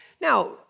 Now